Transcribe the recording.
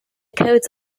codes